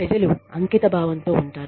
ప్రజలు అంకితభావంతో ఉంటారు